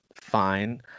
fine